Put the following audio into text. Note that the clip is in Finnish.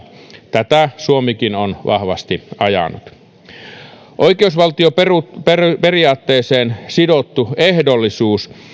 tätä suomikin on vahvasti ajanut oikeusvaltioperiaatteeseen sidottu ehdollisuus